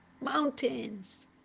mountains